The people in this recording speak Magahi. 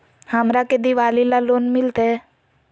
हमरा के दिवाली ला लोन मिलते?